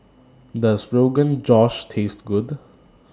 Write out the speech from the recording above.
Does Rogan Josh Taste Good